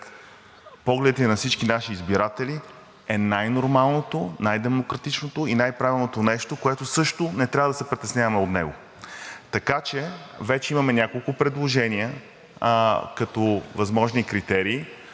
погледите на всички наши избиратели, е най-нормалното, най демократичното и най-правилното нещо, от което също не трябва да се притесняваме. Така че вече имаме няколко предложения като възможни критерии.